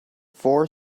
four